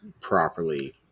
properly